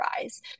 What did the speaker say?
rise